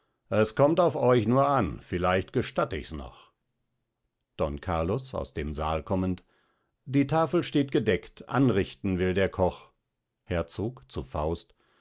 es kommt auf euch nur an vielleicht gestatt ichs noch don carlos aus dem saal kommend die tafel steht gedeckt anrichten will der koch herzog zu faust